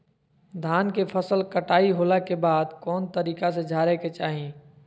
धान के फसल कटाई होला के बाद कौन तरीका से झारे के चाहि?